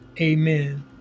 amen